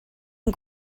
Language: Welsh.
ein